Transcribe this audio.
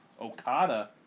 Okada